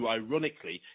ironically